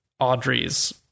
audrey's